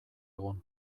egun